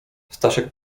staszek